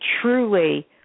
truly